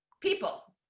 people